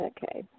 Okay